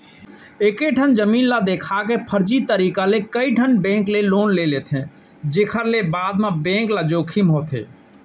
एकेठन जमीन ल देखा के फरजी तरीका ले कइठन बेंक ले लोन ले लेथे जेखर ले बाद म बेंक ल जोखिम होथे